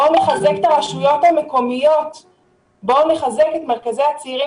בואו נחזק את הרשויות המקומיות ואת מרכזי הצעירים